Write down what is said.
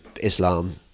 Islam